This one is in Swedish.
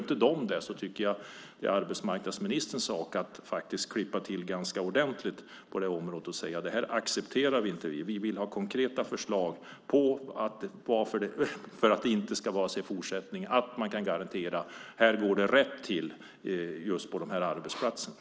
Om företaget inte gör det anser jag att det är arbetsmarknadsministerns sak att faktiskt klippa till ganska ordentligt på området och säga att detta accepterar vi inte, vi vill ha konkreta förslag på hur det kan undvikas i fortsättningen och garantier för att det går rätt till på arbetsplatserna.